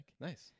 Nice